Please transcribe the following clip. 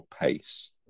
pace